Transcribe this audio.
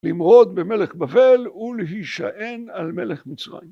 ‫למרוד במלך בבל ולהישען על מלך מצרים.